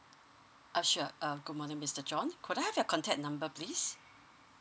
uh sure uh good morning mister john could I have your contact number please